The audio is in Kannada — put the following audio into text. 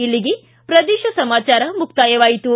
ಇಲ್ಲಿಗೆ ಪ್ರದೇಶ ಸಮಾಚಾರ ಮುಕ್ತಾಯವಾಯಿತು